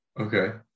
Okay